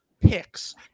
picks